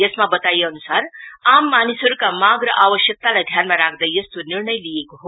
यसमा बताइएअन्सार आम मानिसहरुका माग र आवश्यकतालाई धातमा राख्दै यस्तो निर्णय लिइएको हो